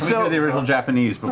so the original japanese but